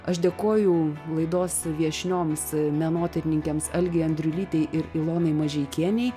aš dėkoju laidos viešnioms menotyrininkėms alei andriulytei ir ilonai mažeikienei